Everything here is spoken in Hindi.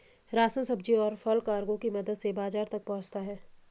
राशन, सब्जी, और फल कार्गो की मदद से बाजार तक पहुंचता है